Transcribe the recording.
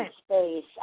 space